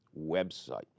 website